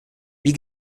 wie